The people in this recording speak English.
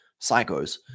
psychos